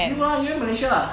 you ah 你以为 malaysia ah